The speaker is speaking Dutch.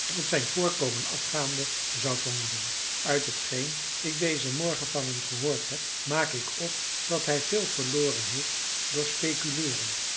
op zijn voorkomen afgaande zou vermoeden uit hetgeen ik dezen morgen van hem gehoord heb maak ik op dat hij veel verloren heeft door speculeeren